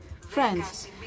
friends